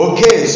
Okay